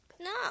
No